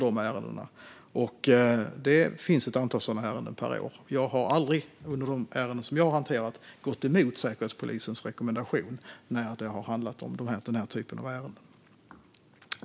Det kommer ett antal sådana ärenden per år. Jag har aldrig gått emot Säkerhetspolisens rekommendation när jag hanterat den typen av ärenden.